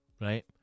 right